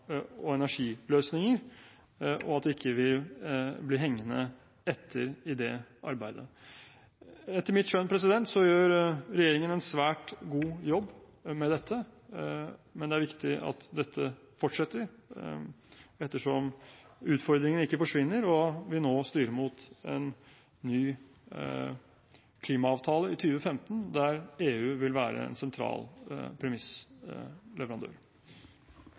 og energiløsninger, og at vi ikke blir hengende etter i det arbeidet. Etter mitt skjønn gjør regjeringen en svært god jobb med dette, men det er viktig at dette fortsetter, ettersom utfordringene ikke forsvinner og vi nå styrer mot en ny klimaavtale i 2015, der EU vil være en sentral premissleverandør.